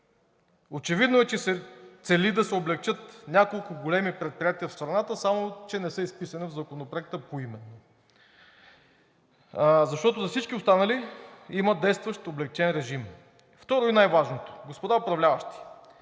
Очевидно е, че се цели да се облекчат няколко големи предприятия в страната, само че не са изписани в Законопроекта поименно, защото за всички останали има действащ облекчен режим. Второ и най-важното, господа управляващи,